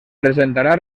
presentarà